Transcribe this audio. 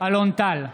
אלון טל,